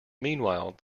meanwhile